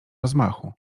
rozmachu